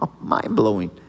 mind-blowing